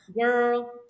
Girl